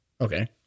Okay